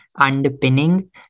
underpinning